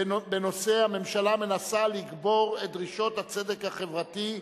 בנושא: הממשלה מנסה לקבור את דרישות הצדק החברתי,